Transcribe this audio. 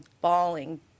bawling